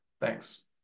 Thanks